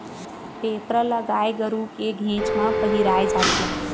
टेपरा ल गाय गरु के घेंच म पहिराय जाथे